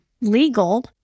legal